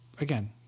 again